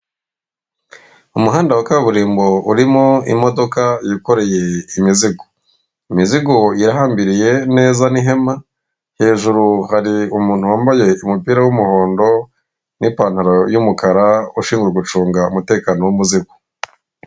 Umuhanda wa kaburimbo urimo imodoka yikoreye imizigo, imizigo irahambiriye neza n'ihema, hejuru hari umuntu wambaye umupira w'umuhondo n'ipantaro y'umukara ushinzwe gucunga umutekano w'umuzigo.